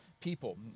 People